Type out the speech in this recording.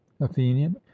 athenian